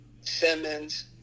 Simmons